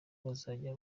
bazajya